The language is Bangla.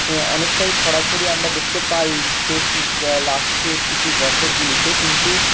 অনেকটাই ছড়াছড়ি আমরা দেখতে পাই শেষ লাস্টের কিছু বছরগুলিতে কিন্তু